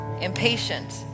impatient